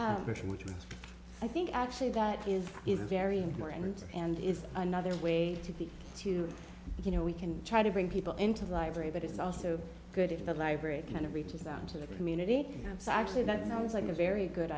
which i think actually that is very important and it's another way to the to you know we can try to bring people into the library but it's also good in the library kind of reaches out to the community and so actually that i was like a very good